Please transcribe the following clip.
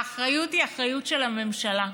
האחריות היא אחריות של הממשלה.